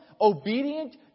obedient